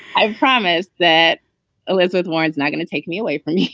i promised that elizabeth warren's not going to take me away from me.